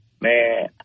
man